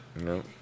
No